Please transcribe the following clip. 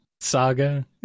saga